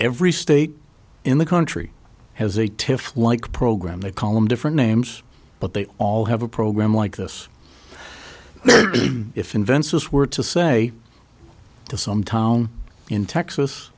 every state in the country has a tiff like program the column different names but they all have a program like this if invensys were to say to some town in texas